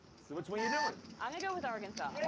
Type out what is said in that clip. so which one you doing? i'm gonna go with arkansas.